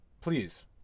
Please